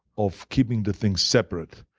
of keeping the things separate.